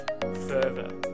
further